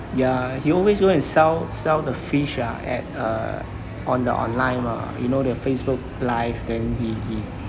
ya he always go and sell sell the fish ah at err on the online mah you know the facebook live then he he